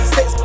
Six